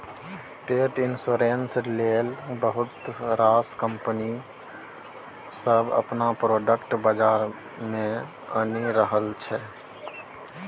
पेट इन्स्योरेन्स लेल बहुत रास कंपनी सब अपन प्रोडक्ट बजार मे आनि रहल छै